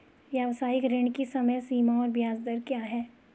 व्यावसायिक ऋण की समय सीमा और ब्याज दर क्या है?